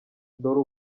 dore